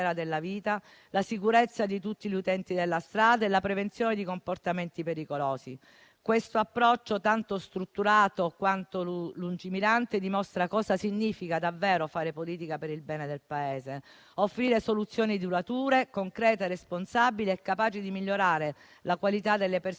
della vita, la sicurezza di tutti gli utenti della strada e la prevenzione di comportamenti pericolosi. Questo approccio, tanto strutturato quanto lungimirante, dimostra cosa significa davvero fare politica per il bene del Paese: offrire soluzioni durature, concrete, responsabili e capaci di migliorare la qualità delle persone